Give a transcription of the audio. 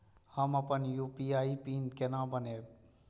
हम अपन UPI PIN केना बनैब?